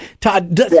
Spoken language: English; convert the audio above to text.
Todd